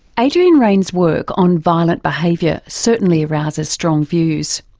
adrian raine's work on violent behaviour certainly arouses strong views.